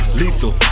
lethal